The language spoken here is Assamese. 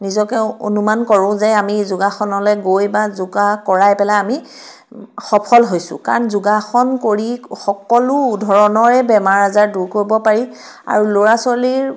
নিজকে অনুমান কৰোঁ যে আমি যোগাসনলৈ গৈ বা যোগা কৰাই পেলাই আমি সফল হৈছোঁ কাৰণ যোগাসন কৰি সকলো ধৰণৰেই বেমাৰ আজাৰ দূৰ কৰিব পাৰি আৰু ল'ৰা ছোৱালীৰ